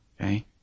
Okay